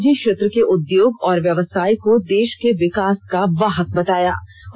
उन्होंने निजी क्षेत्र के उद्योग और व्यवसाय को देष के विकास का वाहक बताया